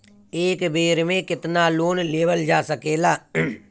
एक बेर में केतना लोन लेवल जा सकेला?